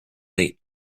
late